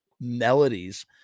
melodies